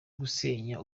gusenya